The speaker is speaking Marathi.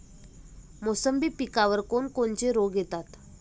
मोसंबी पिकावर कोन कोनचे रोग येतात?